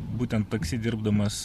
būtent taksi dirbdamas